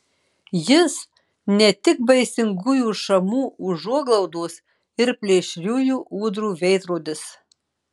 jis ne tik baisingųjų šamų užuoglaudos ir plėšriųjų ūdrų veidrodis